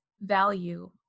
value